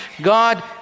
God